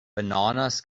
bananas